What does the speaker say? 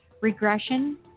regression